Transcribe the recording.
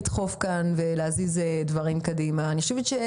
יצירתיים ונזיז דברים קדימה.